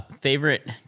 Favorite